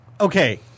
okay